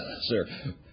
sir